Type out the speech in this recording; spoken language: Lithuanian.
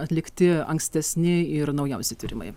atlikti ankstesni ir naujausi tyrimai